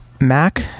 Mac